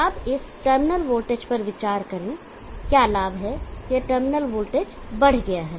अब इस terminal voltage पर विचार करें क्या लाभ है यह टर्मिनल वोल्टेज बढ़ गया है